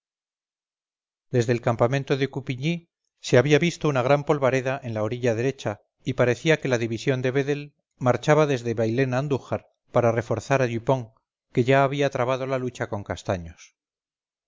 desde el campamento de coupigny se había visto una gran polvareda en la orilla derecha y parecía que la división de vedel marchaba desde bailén a andújar para reforzar a dupont que ya había trabado la lucha con castaños